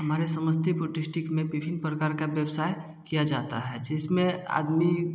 हमारे समस्तीपुर डिस्ट्रिक्ट में विभिन्न प्रकार का व्यवसाय किया जाता है जिसमें आदमी